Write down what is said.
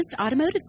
automotive